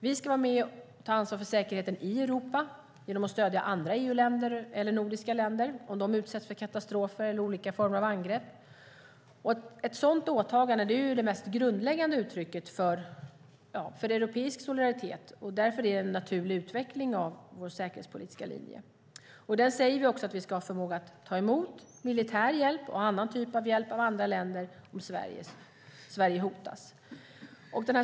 Vi ska vara med och ta ansvar för säkerheten i Europa genom att stödja andra EU-länder eller nordiska länder om de utsätts för katastrofer eller olika former av angrepp. Ett sådant åtagande är det mest grundläggande uttrycket för europeisk solidaritet. Därför är det en naturlig utveckling av vår säkerhetspolitiska linje. Den säger också att vi ska ha förmåga att ta emot militär hjälp och annan typ av hjälp av andra länder när Sverige hotas.